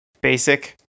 basic